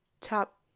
top